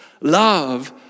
love